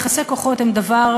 יחסי כוחות הם דבר,